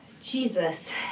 Jesus